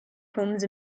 homes